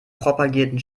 propagierten